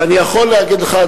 ואני יכול להגיד לך,